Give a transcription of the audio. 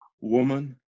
Woman